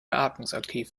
atmungsaktiv